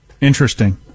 Interesting